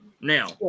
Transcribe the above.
now